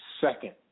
second